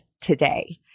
today